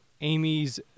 Amy's